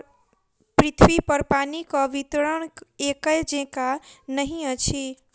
पृथ्वीपर पानिक वितरण एकै जेंका नहि अछि